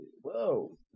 Whoa